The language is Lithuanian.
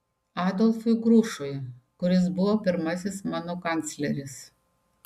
adolfui grušui kuris buvo pirmasis mano kancleris